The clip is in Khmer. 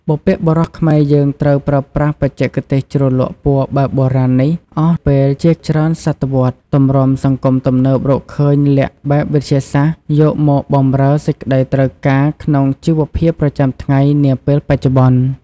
បុព្វបុរសខ្មែរយើងត្រូវប្រើប្រាស់បច្ចេកទេសជ្រលក់ពណ៌បែបបុរាណនេះ អស់ពេលជាច្រើនសតវត្ស ទំរាំសង្គមទំនើបរកឃើញល័ក្ខបែបវិទ្យាសាស្ត្រ យកមកបម្រើសេចក្ដីត្រូវការក្នុងជីវភាពប្រចាំថ្ងៃ នាពេលបច្ចុប្បន្ន។